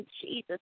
Jesus